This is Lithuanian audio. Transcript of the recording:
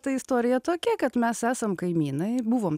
tai istorija tokia kad mes esam kaimynai buvom